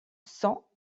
cent